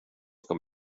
ska